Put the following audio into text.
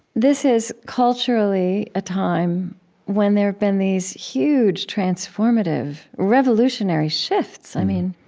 this is culturally a time when there have been these huge, transformative, revolutionary shifts. i mean,